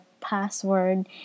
password